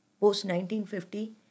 Post-1950